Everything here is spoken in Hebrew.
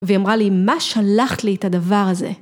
והיא אמרה לי: מה שלחת לי את הדבר הזה